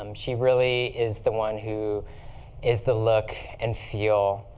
um she really is the one who is the look and feel